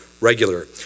regular